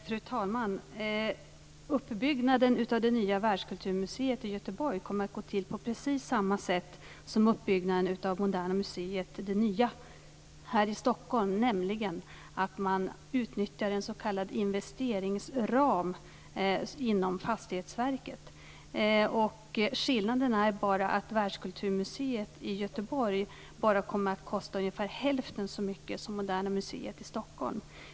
Fru talman! Uppbyggnaden av det nya Världskulturmuseet i Göteborg kommer att gå till på precis samma sätt som uppbyggnaden av det nya Moderna museet här i Stockholm. Man utnyttjar en s.k. investeringsram inom Fastighetsverket. Skillnaden är att Världskulturmuseet i Göteborg bara kommer att kosta ungefär hälften så mycket som Moderna museet i Stockholm.